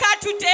today